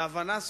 בהבנה,